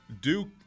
Duke